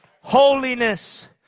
Holiness